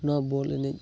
ᱱᱚᱣᱟ ᱵᱚᱞ ᱮᱱᱮᱡ